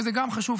וזה גם חשוב,